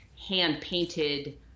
hand-painted